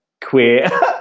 Queer